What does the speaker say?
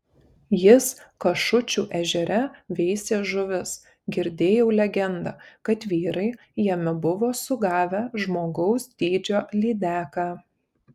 jis kašučių ežere veisė žuvis girdėjau legendą kad vyrai jame buvo sugavę žmogaus dydžio lydeką